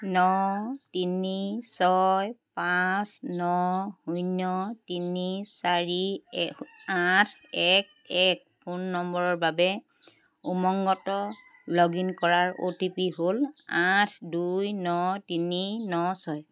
ন তিনি ছয় পাঁচ ন শূন্য তিনি চাৰি এ আঠ এক এক ফোন নম্বৰৰ বাবে উমংগত লগ ইন কৰাৰ অ'টিপি হ'ল আঠ দুই ন তিনি ন ছয়